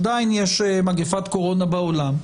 עדיין יש מגפת קורונה בעולם,